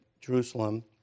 Jerusalem